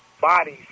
bodies